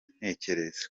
ntekereza